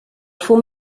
fum